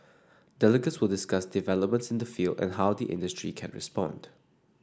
delegates will discuss developments in the field and how the industry can respond